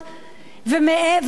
ומעבר לזה,